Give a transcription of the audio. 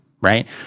right